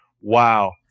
Wow